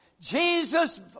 Jesus